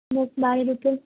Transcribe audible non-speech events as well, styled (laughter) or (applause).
(unintelligible) روپے